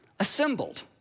Assembled